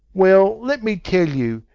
well, let me tell you,